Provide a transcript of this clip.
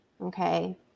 okay